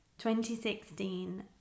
2016